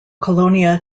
colonia